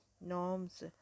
norms